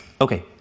Okay